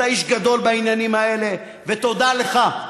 אתה איש גדול בעניינים האלה, ותודה לך.